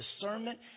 discernment